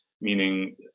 meaning